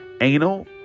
anal